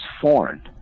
foreign